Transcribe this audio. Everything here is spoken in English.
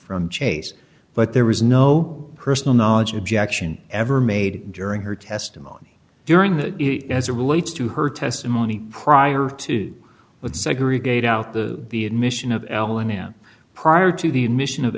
from chase but there was no personal knowledge objection ever made during her testimony during the as a relates to her testimony prior to what segregate out the the admission of allen and prior to the admission of